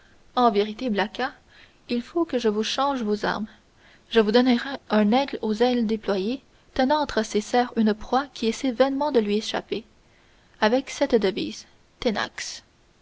en vérité blacas il faut que je vous change vos armes je vous donnerai un aigle aux ailes déployées tenant entre ses serres une proie qui essaie vainement de lui échapper avec cette devise